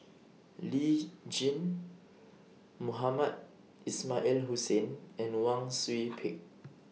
Lee Tjin Mohamed Ismail Hussain and Wang Sui Pick